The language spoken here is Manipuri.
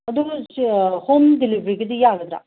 ꯑꯗꯨ ꯅꯣꯏꯁꯦ ꯍꯣꯝ ꯗꯤꯂꯤꯕꯔꯤꯒꯗꯤ ꯌꯥꯒꯗ꯭ꯔꯥ